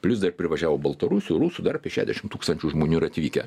plius dar privažiavo baltarusių rusų dar apie šešiasdešimt tūkstančių žmonių ir atvykę